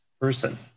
person